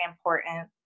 important